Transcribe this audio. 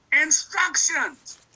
Instructions